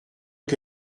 que